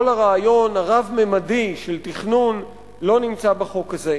כל הרעיון הרב-ממדי של תכנון לא נמצא בחוק הזה.